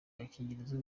agakingirizo